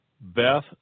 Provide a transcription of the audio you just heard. Beth